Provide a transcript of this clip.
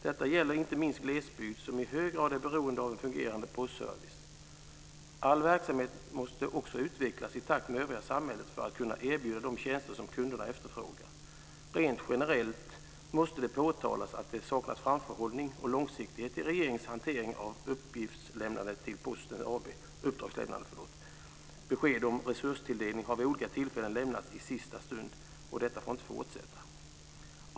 Detta gäller inte minst glesbygd, som i hög grad är beroende av en fungerande postservice. All verksamhet måste också utvecklas i takt med övriga samhället för att kunna erbjuda de tjänster som kunderna efterfrågar. Rent generellt måste det påtalas att det saknats framförhållning och långsiktighet i regeringens hantering av uppdragslämnande till Posten AB. Besked om resurstilldelning har vid olika tillfällen lämnats i sista stund. Detta får inte fortsätta.